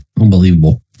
unbelievable